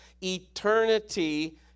eternity